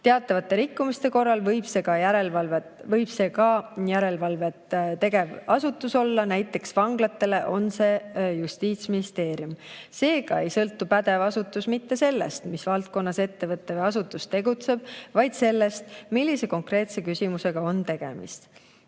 Teatavate rikkumiste korral võib see olla ka järelevalvet tegev asutus, näiteks vanglates on see Justiitsministeerium. Seega ei sõltu see, mis on pädev asutus, mitte sellest, mis valdkonnas ettevõte või asutus tegutseb, vaid sellest, millise konkreetse küsimusega on tegemist.